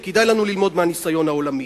וכדאי לנו ללמוד מהניסיון העולמי.